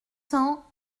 cents